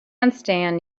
handstand